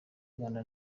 rwanda